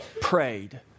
prayed